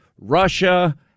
Russia